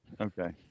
Okay